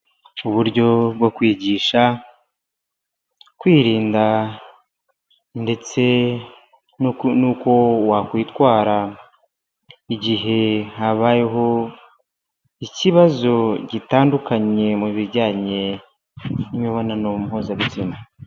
Uburyo bwo kwigisha kwirinda ndetse n'uko wakwitwara igihe habayeho ikibazo gitandukanye mu bijyanye n'imibonano mpuzabitsina.